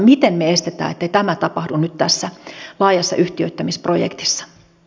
miten me estämme ettei tämä tapahdu nyt tässä laajassa yhtiöittämisprojektissa